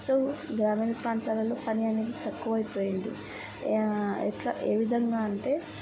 so గ్రామీణ ప్రాంతాలలో పని అనేది తక్కువైపోయింది ఎట్లా ఏ విధంగా అంటే